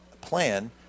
plan